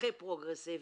הכי פרוגרסיבי,